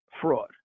fraud